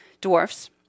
dwarfs